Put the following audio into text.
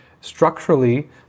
structurally